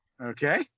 Okay